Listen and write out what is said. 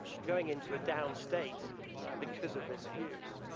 going into a downed state because of this fuse.